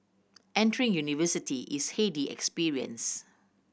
entering university is heady experience